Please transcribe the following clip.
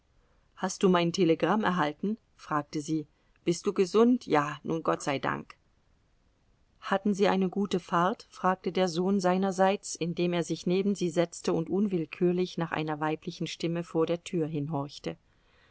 hast du mein telegramm erhalten fragte sie bist du gesund ja nun gott sei dank hatten sie eine gute fahrt fragte der sohn seinerseits indem er sich neben sie setzte und unwillkürlich nach einer weiblichen stimme vor der tür hinhorchte